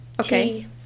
okay